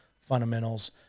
fundamentals